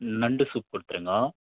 நண்டு சூப் கொடுத்துருங்கோ